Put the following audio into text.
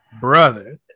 Brother